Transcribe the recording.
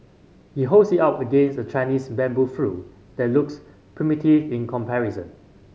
he holds it up against a Chinese bamboo flute that looks primitive in comparison